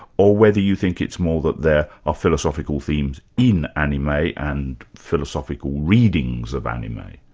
or whether you think it's more that there are philosophical themes in anime and philosophical readings of anime.